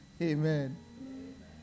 Amen